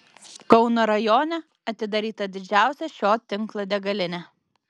kauno rajone atidaryta didžiausia šio tinklo degalinė